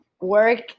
work